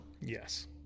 Yes